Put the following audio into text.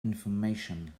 information